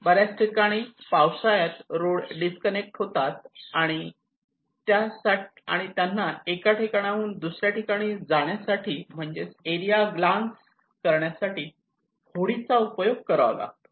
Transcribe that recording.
बऱ्याच ठिकाणी पावसाळ्यात रोड डिस्कनेक्ट होतात आणि त्यांना एका ठिकाणाहून दुसऱ्या ठिकाणी जाण्यासाठी म्हणजेच एरिया ग्लान्स करण्यासाठी होडी चा उपयोग करावा लागतो